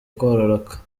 kororoka